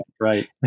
right